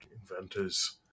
inventors